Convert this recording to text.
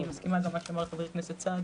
אני מסכימה גם עם מה שאמר חבר הכנסת סעדי,